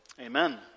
Amen